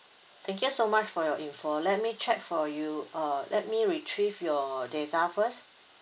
thank you so much for your info let me check for you uh let me retrieve your data first